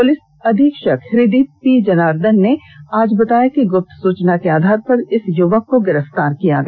police अधीक्षक Hrideep P Janardhanan ने आज बताया कि गुप्त सूचना के आधार पर इस युवर्क को गिरफतार किया गया